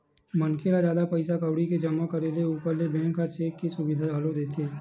मनखे ल जादा पइसा कउड़ी के जमा करे ऊपर ले बेंक ह चेक के सुबिधा घलोक देथे